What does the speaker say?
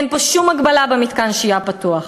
אין פה שום הגבלה במתקן השהייה הפתוח.